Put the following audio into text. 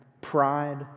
pride